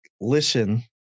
listen